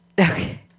Okay